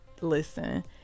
listen